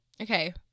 Okay